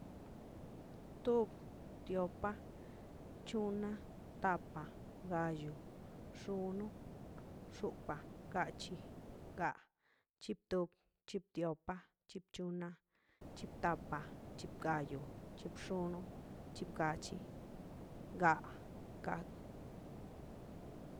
Tob tiopa' chona' tapa' gallo xono xopa' gachi chip top chip tiopa chip chona' chip gachi ga chip